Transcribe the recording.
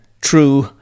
true